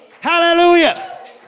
Hallelujah